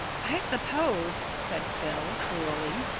i suppose, said phil cruelly,